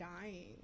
dying